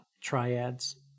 triads